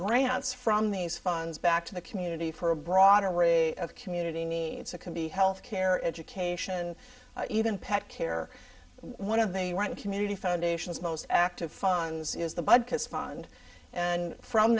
grants from these funds back to the community for a broader array of community needs a can be health care education even pet care one of the right community foundations most active funds is the bud his fund and from